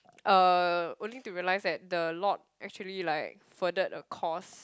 uh only to realized that the lord actually like furthered a cause